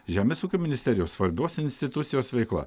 žemės ūkio ministerijos svarbios institucijos veikla